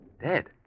Dead